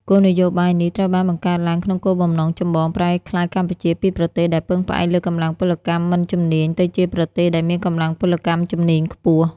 គោលនយោបាយនេះ ត្រូវបានបង្កើតឡើងក្នុងគោលបំណងចម្បង ប្រែក្លាយកម្ពុជាពីប្រទេសដែលពឹងផ្អែកលើកម្លាំងពលកម្មមិនជំនាញ ទៅជាប្រទេសដែលមានកម្លាំងពលកម្មជំនាញខ្ពស់។